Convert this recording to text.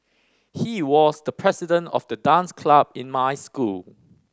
he was the president of the dance club in my school